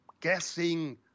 guessing